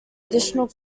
additional